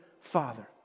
father